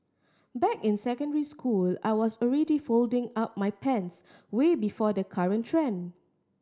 back in secondary school I was already folding up my pants way before the current trend